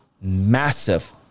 massive